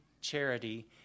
Charity